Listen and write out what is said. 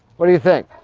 what do you think,